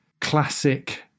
classic